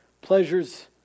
pleasures